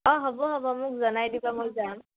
অঁ হ'ব হ'ব মোক জনাই দিবা মই যাম